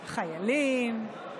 חיילים,